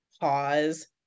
pause